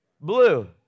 Blue